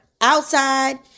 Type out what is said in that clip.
outside